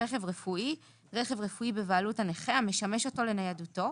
"רכב רפואי" רכב רפואי בבעלות הנכה המשמש אותו לנייידותו.